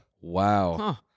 Wow